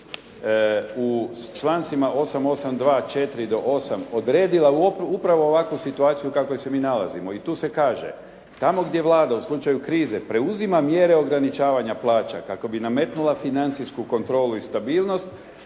u člancima 8824 do 8 odredila upravo ovakvu situaciju u kakvoj se mi nalazimo. I tu se kaže. Tamo gdje Vlada u slučaju krize preuzima mjere ograničavanja plaća kako bi nametnula financijsku kontrolu i stabilnost